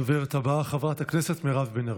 הדוברת הבאה, חברת הכנסת מירב בן ארי.